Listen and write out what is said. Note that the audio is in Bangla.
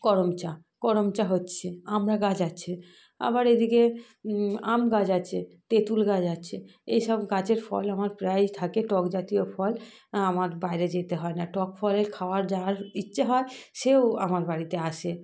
করমচা করমচা হচ্ছে আমড়া গাছ আছে আবার এদিকে আম গাছ আছে তেঁতুল গাছ আছে এসব গাছের ফল আমার প্রায়ই থাকে টক জাতীয় ফল আমার বাইরে যেতে হয় না টক ফলের খাওয়ার যার ইচ্ছে হয় সেও আমার বাড়িতে আসে